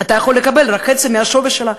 אתה יכול לקבל רק חצי מהשווי שלה,